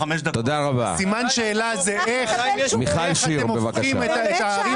סימן השאלה זה איך אתם הופכים את הערים